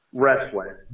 wrestling